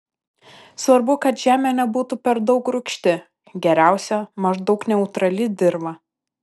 svarbu kad žemė nebūtų per daug rūgšti geriausia maždaug neutrali dirva